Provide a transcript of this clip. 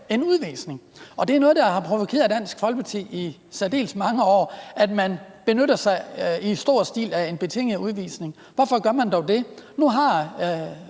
en udvisning? Det er noget, der har provokeret Dansk Folkeparti i særdeles mange år, at man i stor stil benytter sig af en betinget udvisning. Hvorfor gør man dog det? Nu har